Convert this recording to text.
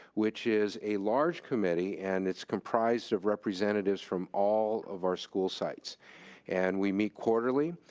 which is a large committee and it's comprised of representatives from all of our school sites and we meet quarterly.